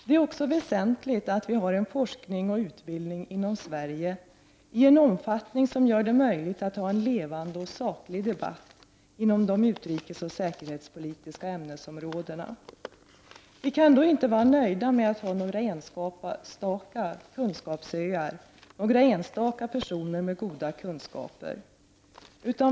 Det är också väsentligt att vi har en forskning och utbildning inom Sverige i en omfattning som gör det möjligt att föra en levande och saklig debatt inom de utrikesoch säkerhetspolitiska ämnesområdena. Vi kan då inte vara nöjda med att ha några enstaka kunskapsöar, några enstaka personer med goda kunskaper.